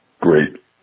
great